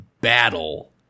battle